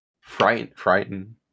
Frightened